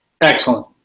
excellent